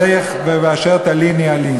ובאשר תלכי אלך, ובאשר תליני אלין.